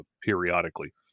periodically